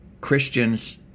Christians